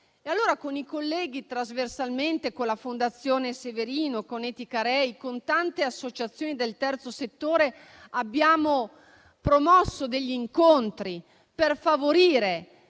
ci sono gli spazi. Trasversalmente, con la Fondazione Severino, Ethicarei e tante associazioni del terzo settore, abbiamo promosso degli incontri per favorire